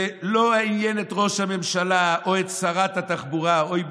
זה לא עניין את ראש הממשלה או את שרת התחבורה" אוי,